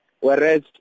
whereas